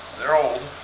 they're old.